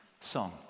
Song